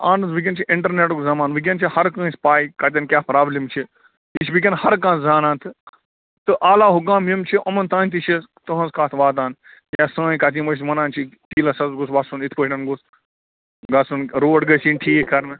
اَہَن حظ وُنکٮ۪ن چھِ اِنٹرنیٹُک زَمانہٕ وُنکٮ۪ن چھِ ہر کٲنٛسہِ پےَ کَتٮ۪ن کیٛاہ پرٛابلِم چھِ یہِ چھِ وُنکٮ۪ن ہر کانٛہہ زانان تہٕ عالیٰ حُکام یِم چھِ یِمَن تانۍ تہِ چھِ تُہٕنٛز کَتھ واتان یا سٲنۍ کَتھ یِم أسۍ وَنان چھِ تیٖلَس حظ گوٚژھ وَسُن یِتھٕ پٲٹھٮ۪ن گوٚژھ گژھُن روڈ گٔژھۍ یِنۍ ٹھیٖک کَرنہٕ